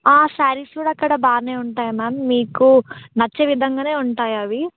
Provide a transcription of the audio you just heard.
శారీస్ కూడా అక్కడ బాగా ఉంటాయి మ్యామ్ మీకు నచ్చే విధంగా ఉంటాయి అవి